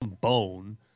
bone